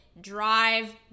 drive